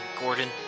Gordon